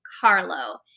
carlo